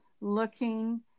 looking